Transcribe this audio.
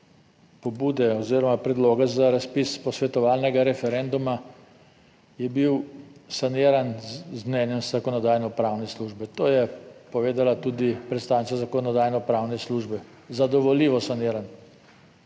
pobude oziroma predloga za razpis posvetovalnega referenduma, je bil saniran z mnenjem Zakonodajno-pravne službe, to je povedala tudi predstavnica Zakonodajno-pravne službe, zadovoljivo saniran,